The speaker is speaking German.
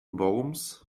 worms